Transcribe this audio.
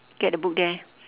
get the book there